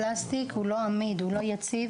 הפלסטיק הוא לא עמיד, הוא לא יציב.